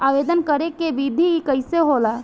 आवेदन करे के विधि कइसे होला?